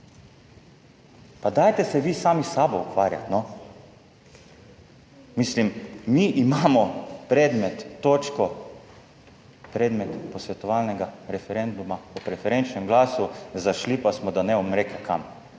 Pa dajte se vi sami s sabo ukvarjati, no. Mislim, mi imamo predmet, točko predmet posvetovalnega referenduma o preferenčnem glasu. Zašli pa smo, da ne bom rekel, kam,